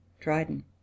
Dryden